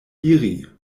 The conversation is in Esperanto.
diri